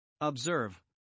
Observe